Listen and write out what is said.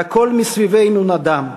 והכול / מסביבנו נדם,